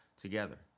together